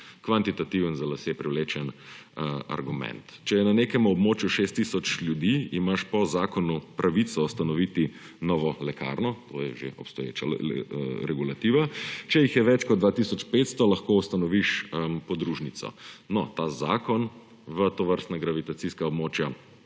kvantitativen, za lase privlečen argument. Če je na nekemu območju 6 tisoč ljudi, imaš po zakonu pravico ustanoviti novo lekarno. To je že obstoječa regulativa. Če jih je več kot 2 tisoč 500, lahko ustanoviš podružnico. No, ta zakon v tovrstna gravitacijska območja